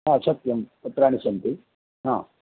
हा सत्यं पत्राणि सन्ति हा